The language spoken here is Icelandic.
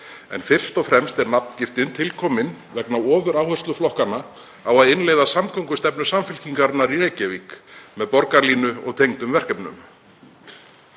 En fyrst og fremst er nafngiftin til komin vegna ofuráherslu flokkanna á að innleiða samgöngustefnu Samfylkingarinnar í Reykjavík með borgarlínu og tengdum verkefnum.